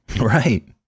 Right